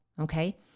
Okay